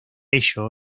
ello